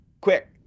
Quick